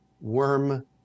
worm